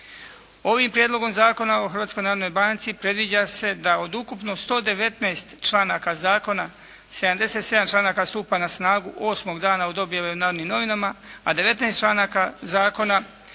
o Hrvatskoj narodnoj banci predviđa se da od ukupno 119 članaka zakona, 77 članaka stupa na snagu osmog dana od objave u "Narodnim novinama", a 19 članaka zakona